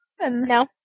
No